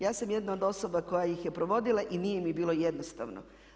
Ja sam jedna od osoba koja ih je provodila i nije mi bilo jednostavno.